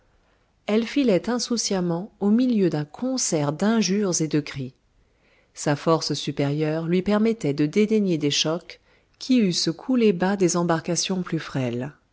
elle filait insouciamment au milieu d'un concert d'injures et de cris sa force supérieure lui permettait de dédaigner des chocs qui eussent coulé bas des embarcations plus frêles